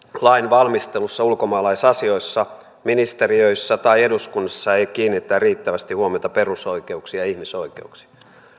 lainvalmistelussa ulkomaalaisasioissa ministeriöissä tai eduskunnassa ei kiinnitetä riittävästi huomiota perusoikeuksiin ja ihmisoikeuksiin